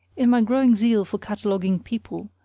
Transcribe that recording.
in my growing zeal for cataloguing people,